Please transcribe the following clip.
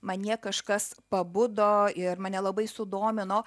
manyje kažkas pabudo ir mane labai sudomino